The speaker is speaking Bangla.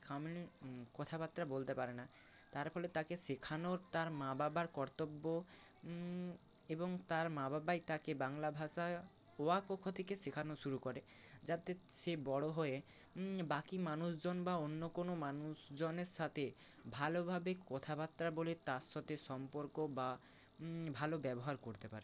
কথাবার্তা বলতে পারে না তার ফলে তাকে শেখানো তার মা বাবার কর্তব্য এবং তার মা বাবাই তাকে বাংলা ভাষা অ আ ক খ থেকে শেখানো শুরু করে যাতে সে বড় হয়ে বাকি মানুষজন বা অন্য কোনও মানুষজনের সাথে ভালোভাবে কথাবার্তা বলে তার সাথে সম্পর্ক বা ভালো ব্যবহার করতে পারে